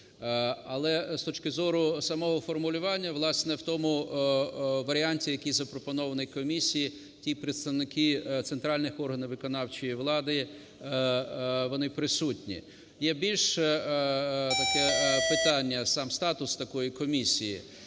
Але з точки зору самого формулювання, власне, в тому варіанті, який запропонований комісією, ті представники центральних органів виконавчої влади, вони присутні. Є більш таке питання, сам статус такої комісії.